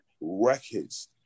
records